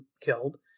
killed